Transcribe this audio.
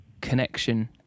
connection